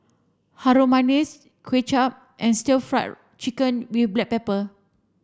Harum Manis Kuay Chap and stir fried chicken with black pepper